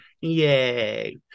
Yay